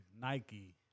Nike